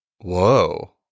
Whoa